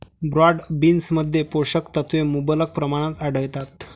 broad बीन्समध्ये पोषक तत्वे मुबलक प्रमाणात आढळतात